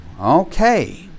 okay